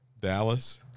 Dallas